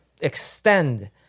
extend